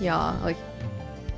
yeah, like